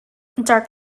dark